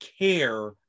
care